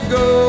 go